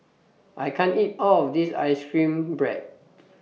I can't eat All of This Ice Cream Bread